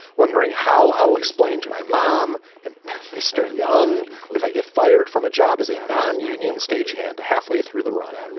wondering how. i'll explain to my mom and mr. young if i get fired from a job as a non-union stagehand halfway through the run,